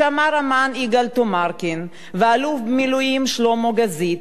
מה שאמרו האמן יגאל תומרקין והאלוף במילואים שלמה גזית,